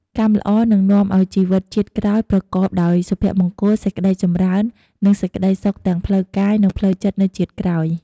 កម្មល្អនឹងនាំឲ្យជីវិតជាតិក្រោយប្រកបដោយសុភមង្គល សេចក្ដីចម្រើន និងសេចក្ដីសុខទាំងផ្លូវកាយ និងផ្លូវចិត្តនៅជាតិក្រោយ។